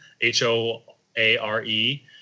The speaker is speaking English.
H-O-A-R-E